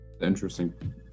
interesting